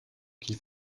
qu’il